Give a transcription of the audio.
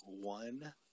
one